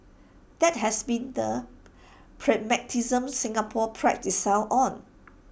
that has been the pragmatism Singapore prides itself on